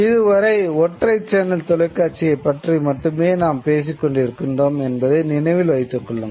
இதுவரை ஒற்றைச் சேனல் தொலைக்காட்சியைப் பற்றி மட்டுமே நாம் பேசிக்கொண்டிருக்கின்றோம் என்பதை நினைவில் வைத்து கொள்ளுங்கள்